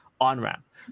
on-ramp